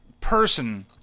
person